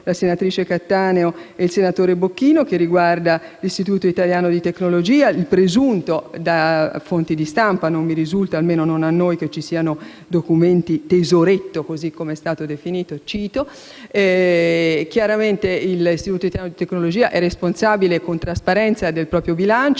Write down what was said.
la senatrice Cattaneo e il senatore Bocchino e che riguarda l'Istituto italiano di tecnologia e il presunto - fonti di stampa, ma a noi non risulta - tesoretto, così come è stato definito. Chiaramente l'Istituto italiano di tecnologia è responsabile, con trasparenza, del proprio bilancio.